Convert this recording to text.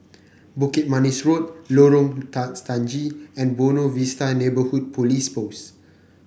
Bukit Manis Road Lorong Stangee and Buona Vista Neighbourhood Police Post